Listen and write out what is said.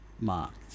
marked